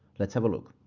let's have a look!